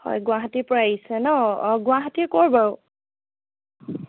হয় গুৱাহাটীৰপৰা আহিছে ন অঁ গুৱাহাটীৰ ক'ৰ বাৰু